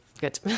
good